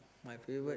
my favourite